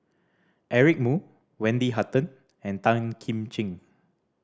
Eric Moo Wendy Hutton and Tan Kim Ching